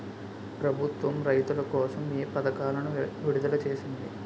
ప్రభుత్వం రైతుల కోసం ఏ పథకాలను విడుదల చేసింది?